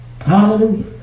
Hallelujah